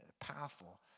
powerful